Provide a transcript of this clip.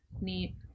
neat